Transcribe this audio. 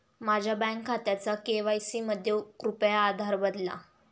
माझ्या बँक खात्याचा के.वाय.सी मध्ये कृपया आधार बदला